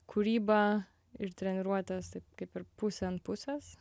kūrybą ir treniruotes taip kaip ir pusė an pusės